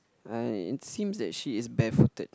like it seems that she is barefooted